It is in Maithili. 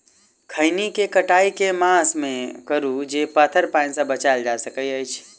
खैनी केँ कटाई केँ मास मे करू जे पथर पानि सँ बचाएल जा सकय अछि?